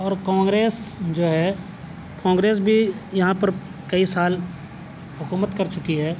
اور کانگریس جو ہے کانگریس بھی یہاں پر کئی سال حکومت کر چکی ہے